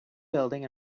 building